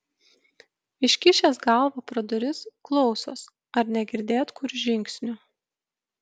iškišęs galvą pro duris klausos ar negirdėt kur žingsnių